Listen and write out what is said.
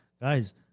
guys